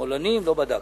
שמאלנים לא בדקתי,